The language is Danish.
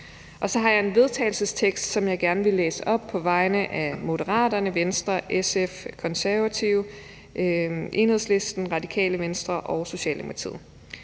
Så har jeg en vedtagelsestekst, som jeg gerne vil læse op. Jeg vil gerne på vegne af Moderaterne, Venstre, SF, Konservative, Enhedslisten, Radikale Venstre og Socialdemokratiet